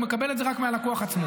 הוא מקבל את זה רק מהלקוח עצמו.